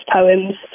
poems